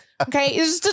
Okay